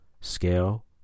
scale